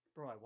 Bro